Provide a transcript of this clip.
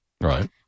right